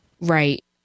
Right